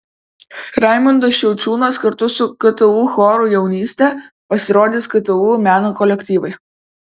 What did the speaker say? raimundas šiaučiūnas kartu su ktu choru jaunystė pasirodys ktu meno kolektyvai